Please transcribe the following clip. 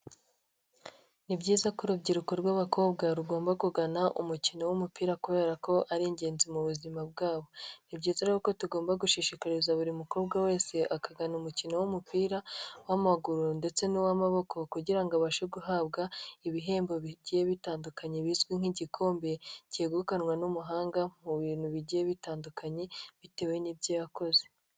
Ni byiza ko urubyiruko rw'abakobwa rugomba kugana umukino w'umupira kubera ko ari ingenzi mu buzima bwabo, ni byiza rero ko tugomba gushishikariza buri mukobwa wese akagana umukino w'umupira w'amaguru ndetse n'uw'amaboko kugira ngo abashe guhabwa ibihembo bigiye bitandukanye bizwi nk'igikombe, cyegukanwa n'umuhanga mu bintu bigiye bitandukanye, bitewe n'ibyo yakoze.